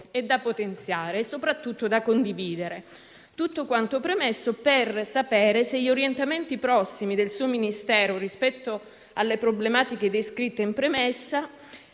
e da potenziare, ma soprattutto da condividere. Tutto quanto premesso, chiediamo di sapere quali siano gli orientamenti prossimi del suo Ministero rispetto alle problematiche descritte in premessa